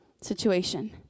situation